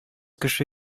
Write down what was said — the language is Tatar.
кеше